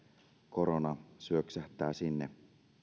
korona syöksähtää sinne